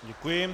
Děkuji.